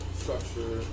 structure